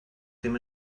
ddim